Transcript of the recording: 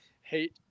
hate